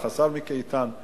השר מיקי איתן,